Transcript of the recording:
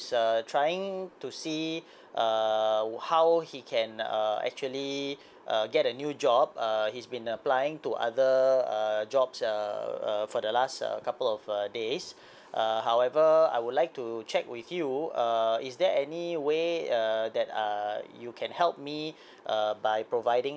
uh trying to see err how he can uh actually uh get a new job err he's been applying to other err jobs uh uh for the last uh couple of a days err however I would like to check with you err is there any way uh that uh you can help me err by providing